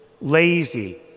lazy